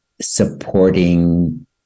supporting